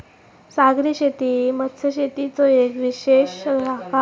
सागरी शेती ही मत्स्यशेतीचो येक विशेष शाखा आसा